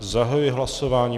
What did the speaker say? Zahajuji hlasování.